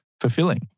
fulfilling